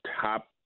top